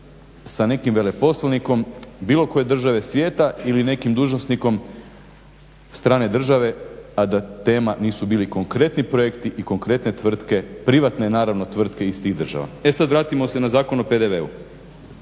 sa nekim veleposlanikom bilo koje države svijeta ili nekim dužnosnikom strane države, a da tema nisu bili konkretni projekti i konkretne tvrtke, privatne naravno tvrtke, iz tih država. E sad, vratimo se na Zakon o PDV-u.